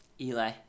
Eli